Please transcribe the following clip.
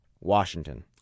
Washington